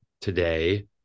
today